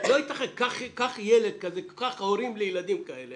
קח ילד כזה, קח הורים לילדים כאלה